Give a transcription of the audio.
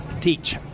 teach